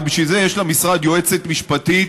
ובשביל זה יש למשרד יועצת משפטית,